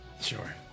sure